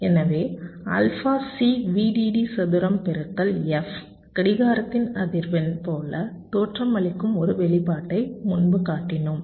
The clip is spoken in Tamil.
எனவே ஆல்பா C VDD சதுரம் பெறுக்கல் f கடிகாரத்தின் அதிர்வெண் போல தோற்றமளிக்கும் ஒரு வெளிப்பாட்டை முன்பு காட்டினோம்